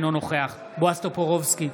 אינו נוכח בועז טופורובסקי,